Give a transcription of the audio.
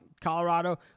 Colorado